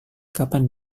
kapan